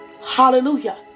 Hallelujah